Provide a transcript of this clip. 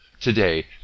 Today